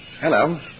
Hello